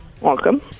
Welcome